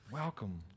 Welcome